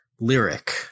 Lyric